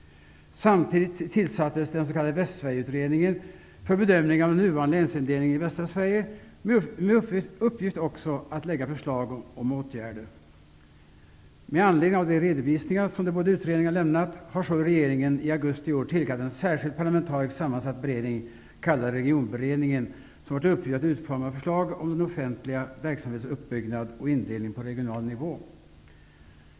Samtidigt tillsattes den s.k. Västsverigeutredningen för bedömning av den nuvarande länsindelningen i västra Sverige, med uppgift också att lägga fram förslag om åtgärder. Med anledning av de redovisningar som de båda utredningarna lämnat har regeringen i augusti i år tillkallat en särskild parlamentariskt sammansatt beredning, kallad Regionberedningen. Den har till uppgift att utforma förslag om den offentliga verksamhetens uppbyggnad och indelning på regional nivå.